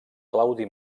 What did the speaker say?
claudi